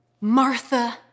Martha